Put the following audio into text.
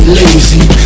lazy